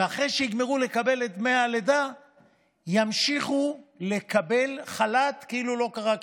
ואחרי שיגמרו לקבל את דמי הלידה ימשיכו לקבל חל"ת כאילו לא קרה כלום.